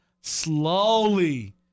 slowly